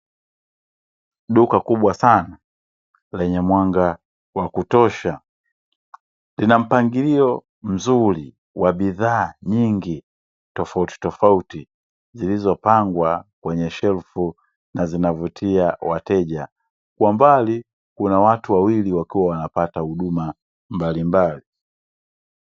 Duka kubwa sana lenye mwanga wa kutosha, lina mpangilio mzuri wa bidhaa nyingi tofautitofauti zilizopangwa kwenye shelfu na zinavutia wateja, kwa mbali kuna watu wawili wakiwa wanapata huduma mbalimbali.